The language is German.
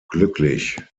glücklich